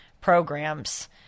programs